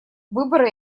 выборы